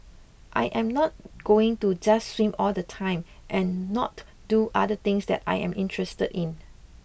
I am not going to just swim all the time and not do other things that I am interested in